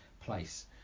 place